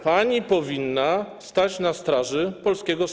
Pani powinna stać na straży polskiego Sejmu.